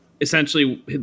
essentially